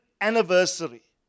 anniversary